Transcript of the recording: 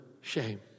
shame